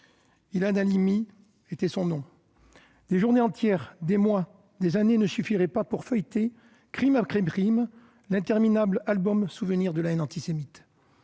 Ilan Halimi était son nom. Des journées entières, des mois, des années, ne suffiraient pas pour feuilleter, crime après crime, l'interminable album souvenir de la haine antisémite.